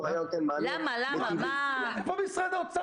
אם נצליח, אין יותר ממנהל רשות המסים